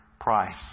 price